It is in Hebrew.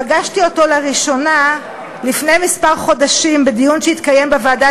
פגשתי אותו לראשונה לפני כמה חודשים בדיון שהתקיים בוועדה